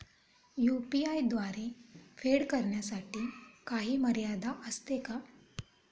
UPI द्वारे फेड करण्यासाठी काही मर्यादा असते का?